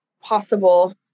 possible